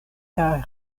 kaj